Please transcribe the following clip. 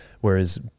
whereas